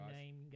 name